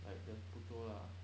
like the 捕捉 lah